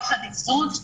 יחד עם זאת,